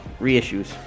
reissues